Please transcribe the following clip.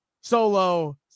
Solo